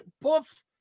poof